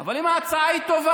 אבל אם ההצעה היא טובה,